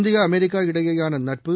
India America இடையேயான நட்பு